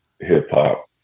hip-hop